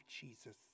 Jesus